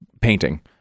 painting